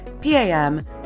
pam